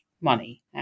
money